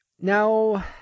Now